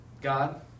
God